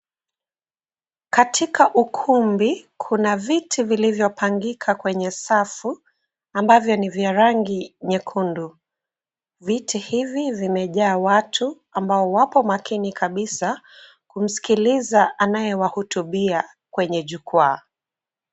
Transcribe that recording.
Katika ukumbi kuna viti vilivyopangika kwenye safu ambavyo ni vya rangi nyekundu, viti hivi vimejaa watu ambao wapo makini kabisa kumsikiliza anayewahutubia kwenye jukwaa.